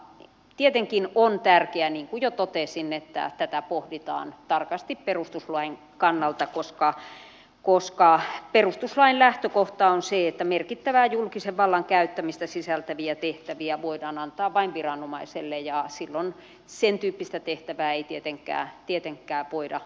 tietenkin on tärkeää niin kuin jo totesin että tätä pohditaan tarkasti perustuslain kannalta koska perustuslain lähtökohta on se että merkittävää julkisen vallan käyttämistä sisältäviä tehtäviä voidaan antaa vain viranomaiselle ja silloin sentyyppistä tehtävää ei tietenkään voida